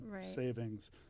savings